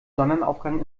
sonnenaufgang